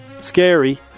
Scary